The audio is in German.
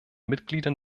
mitgliedern